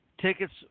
Tickets